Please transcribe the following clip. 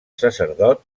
sacerdot